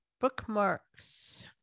bookmarks